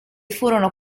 furono